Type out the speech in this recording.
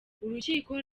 urukiko